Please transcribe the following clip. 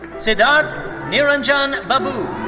siddarth niranjan babu.